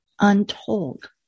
untold